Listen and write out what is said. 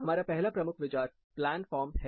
हमारा पहला प्रमुख विचार प्लैन फॉर्म है